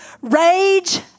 rage